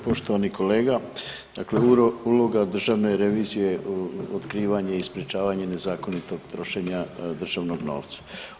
Poštovani kolega, dakle uloga državne revizije je otkrivanje i sprječavanje nezakonitog trošenja državnog novca.